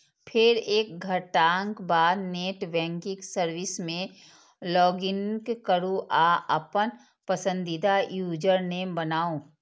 फेर एक घंटाक बाद नेट बैंकिंग सर्विस मे लॉगइन करू आ अपन पसंदीदा यूजरनेम बनाउ